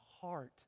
heart